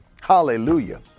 Hallelujah